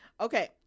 Okay